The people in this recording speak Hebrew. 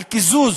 על קיזוז,